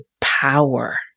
power